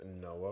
Noah